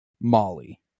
Molly